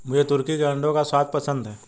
मुझे तुर्की के अंडों का स्वाद पसंद है